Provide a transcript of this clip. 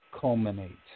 culminate